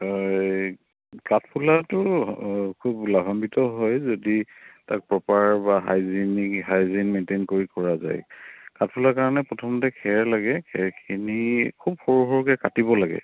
হয় কাঠফুলাটো খুব লাভাম্বিত হয় যদি তাক প্ৰপাৰ বা হাইজেনিক হাইজেন মেইনটেইন কৰি কৰা যায় কাঠফুলাৰ কাৰণে প্ৰথমতে খেৰ লাগে খেৰখিনি খুব সৰু সৰুকৈ কাটিব লাগে